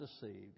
deceived